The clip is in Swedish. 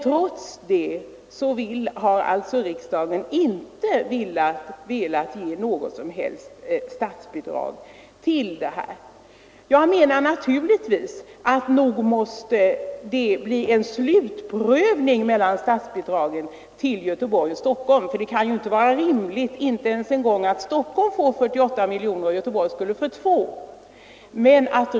Trots detta vill alltså utskottet inte ge något som helst statsbidrag till Göteborg. Det måste bli en slutprövning mellan statsbidragen till Göteborg och till Stockholm. Det kan inte vara rimligt att Stockholm då får 48 miljoner kronor och Göteborg 2 miljoner kronor.